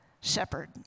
shepherd